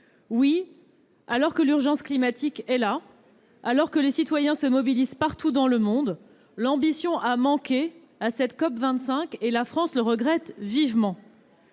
oui, alors que l'urgence climatique est là, alors que les citoyens se mobilisent partout dans le monde, l'ambition a manqué à cette COP25 et la France le regrette vivement.